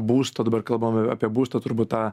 būsto dabar kalbame apie būstą turbūt tą